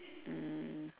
mm